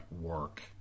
work